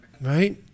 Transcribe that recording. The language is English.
Right